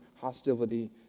hostility